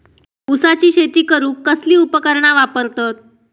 ऊसाची शेती करूक कसली उपकरणा वापरतत?